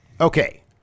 Okay